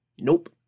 nope